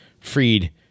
freed